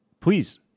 please